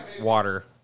water